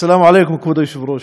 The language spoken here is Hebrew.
סלאם עליכֻּם כבוד היושב-ראש.